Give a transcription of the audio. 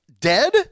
dead